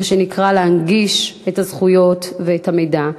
מה שנקרא, להנגיש את הזכויות ואת המידע.